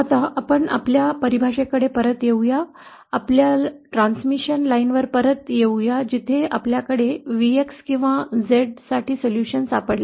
आता आपण आपल्या परिभाषे कडे परत येऊया तसेच आपल्या ट्रांसमिशन लाइनवर परत येऊया जिथे आपल्याला Vx किंवा Z साठी सोल्यूशन सापडले